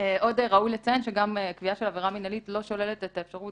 עוד ראוי לציין שגם קביעה של עבירה מינהלית לא שוללת את האפשרות